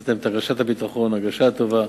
לתת את הרגשת הביטחון, ההרגשה הטובה,